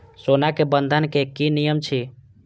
सोना के बंधन के कि नियम छै?